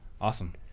Awesome